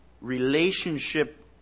relationship